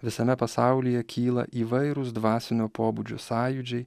visame pasaulyje kyla įvairūs dvasinio pobūdžio sąjūdžiai